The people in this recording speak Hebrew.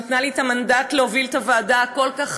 שנתנה לי את המנדט להוביל את הוועדה הכל-כך